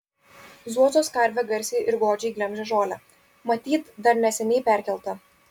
zuozos karvė garsiai ir godžiai glemžia žolę matyt dar neseniai perkelta